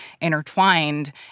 intertwined